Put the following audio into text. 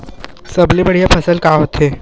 सबले बढ़िया फसल का होथे?